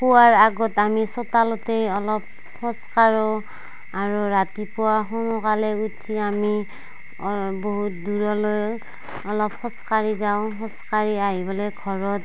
শোৱাৰ আগত আমি চোতালতে অলপ খোজকাঢ়ো আৰু ৰাতিপুৱা সোনকালে উঠি আমি বহুত দূৰলৈ অলপ খোজকাঢ়ি যাওঁ খোজকাঢ়ি আহি পেলাই ঘৰত